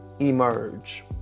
emerge